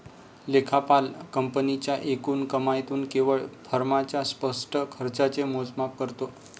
लेखापाल कंपनीच्या एकूण कमाईतून केवळ फर्मच्या स्पष्ट खर्चाचे मोजमाप करतो